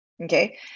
Okay